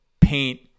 paint